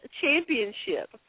Championship